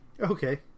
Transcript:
okay